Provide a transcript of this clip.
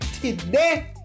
today